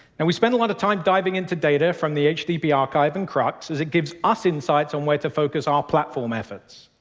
and we spend a lot of time diving into data from the http archive and crux, as it gives us insights on where to focus our platform efforts.